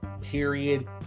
period